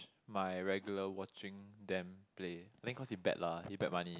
my regular watching them play then cause he bet lah he bet money